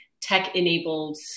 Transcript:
tech-enabled